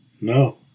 no